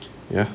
ya